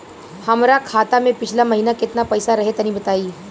हमरा खाता मे पिछला महीना केतना पईसा रहे तनि बताई?